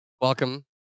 welcome